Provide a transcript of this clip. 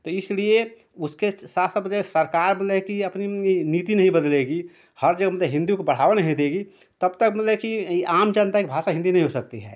त इसलिए उसके शासन ने सरकार ने कि अपनी नीति नहीं बदलेगी हर जगह मतलब हिन्दी को बढ़ावा नहीं देगी तब तक मतलब कि इ आम जनता कि भाषा हिन्दी नहीं हो सकती है